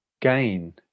gain